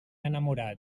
enamorat